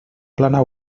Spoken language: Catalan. plana